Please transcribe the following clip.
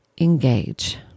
engage